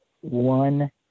one